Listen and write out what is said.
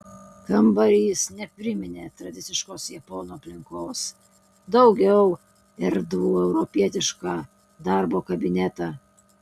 kambarys nepriminė tradiciškos japonų aplinkos daugiau erdvų europietišką darbo kabinetą